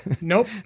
Nope